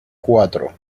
cuatro